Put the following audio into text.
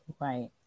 Right